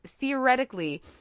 theoretically